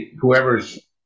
whoever's